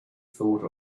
thought